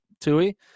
Tui